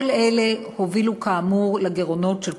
כל אלה הובילו כאמור לגירעונות של קופות-החולים.